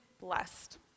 blessed